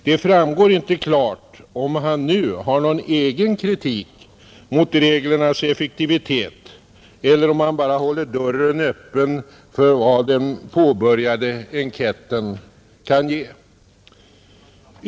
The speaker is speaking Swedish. Det framgår inte klart om han nu har någon egen kritik mot reglernas effektivitet eller om han bara håller dörren öppen för vad den påbörjade enkäten kan ge.